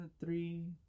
Three